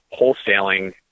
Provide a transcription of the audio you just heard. wholesaling